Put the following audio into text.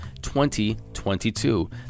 2022